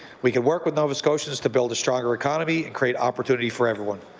we can work with nova scotians to build a stronger economy and create opportunity for everyone.